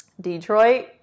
Detroit